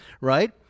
right